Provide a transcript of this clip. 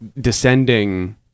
Descending